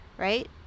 right